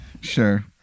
sure